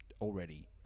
already